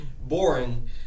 boring